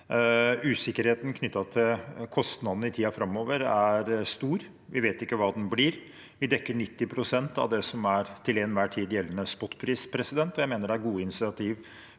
Usikkerheten knyttet til kostnadene i tiden framover er stor. Vi vet ikke hva det blir. Vi dekker 90 pst. av det som til enhver tid er gjeldende spotpris. Jeg mener det er gode initiativ